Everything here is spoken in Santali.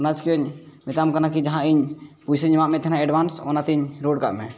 ᱚᱱᱟ ᱪᱤᱠᱟᱹ ᱢᱮᱛᱟᱢ ᱠᱟᱱᱟ ᱠᱤ ᱡᱟᱦᱟᱸ ᱤᱧ ᱯᱚᱭᱥᱟᱧ ᱮᱢᱟᱜ ᱢᱮ ᱛᱟᱦᱮᱱ ᱮᱰᱵᱷᱟᱱᱥ ᱚᱱᱟ ᱛᱤᱧ ᱨᱩᱣᱟᱹᱲ ᱠᱟᱜ ᱢᱮ